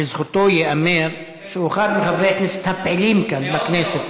לזכותו ייאמר שהוא אחד מחברי הכנסת הפעילים כאן בכנסת.